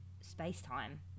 space-time